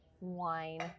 wine